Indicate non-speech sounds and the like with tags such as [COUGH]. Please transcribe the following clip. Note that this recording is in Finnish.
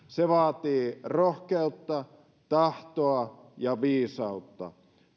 [UNINTELLIGIBLE] se vaatii rohkeutta tahtoa ja viisautta